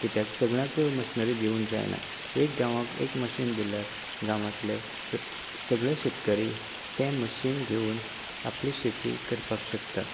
कित्याक सगळ्यांक मशनरी दिवंक जायना एक गांवांत एक मशीन दिल्यार गांवांतले सगळे शेतकरी तें मशीन घेवन आपली शेती करपाक शकता